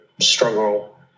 struggle